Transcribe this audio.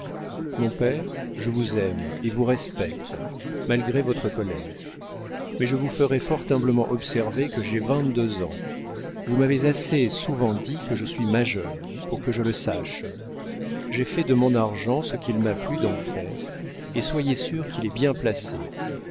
mon père je vous aime et vous respecte malgré votre colère mais je vous ferai fort humblement observer que j'ai vingt-deux ans vous m'avez assez souvent dit que je suis majeure pour que je le sache j'ai fait de mon argent ce qu'il m'a plu d'en faire et soyez sûr qu'il est bien placé